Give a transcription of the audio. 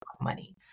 money